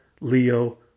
Leo